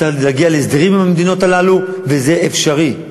צריך להגיע להסדרים עם המדינות הללו, וזה אפשרי.